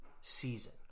season